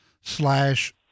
slash